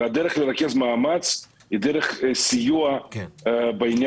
הדרך לרכז מאמץ היא דרך סיוע בעניין